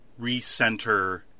recenter